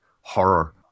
horror